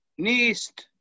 NIST